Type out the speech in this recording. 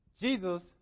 Jesus